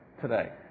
today